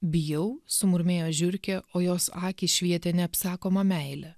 bijau sumurmėjo žiurkė o jos akys švietė neapsakoma meile